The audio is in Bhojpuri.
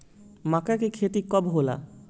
माका के खेती कब होला?